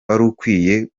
warukwiye